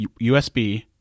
USB